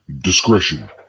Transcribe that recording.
Discretion